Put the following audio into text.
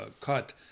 cut